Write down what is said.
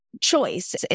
choice